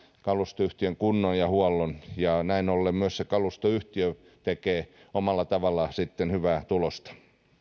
kaluston kunnon ja huollon ja näin ollen myös se kalustoyhtiö tekee omalla tavallaan sitten hyvää tulosta